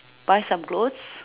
buy some clothes